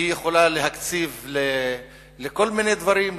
היא יכולה להקציב לכל מיני דברים,